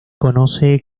conoce